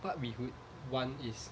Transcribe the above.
what we would want is